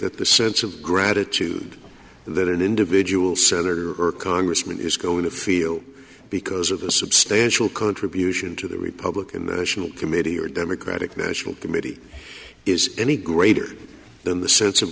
that the sense of gratitude that an individual setter or congressman is going to feel because of the substantial contribution to the republican national committee or democratic national committee is any greater than the sense of